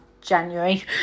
january